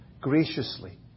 Graciously